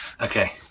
Okay